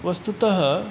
वस्तुतः